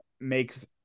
makes